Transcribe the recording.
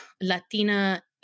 Latina